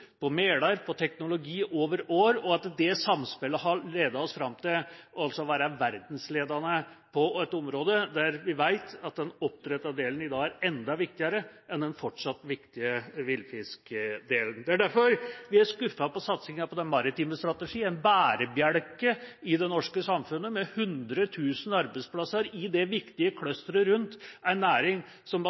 fôr, merder og teknologi over år. Dette samspillet har altså ledet oss fram til å være verdensledende på et område der vi vet at oppdrettsdelen i dag er enda viktigere enn den fortsatt viktige villfiskdelen. Det er derfor vi er skuffet over satsingen på den maritime strategien, en bærebjelke i det norske samfunnet, med 100 000 arbeidsplasser i det viktige clusteret rundt en næring som baserer seg på sjøfart. Det er faktisk sånn at